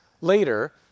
later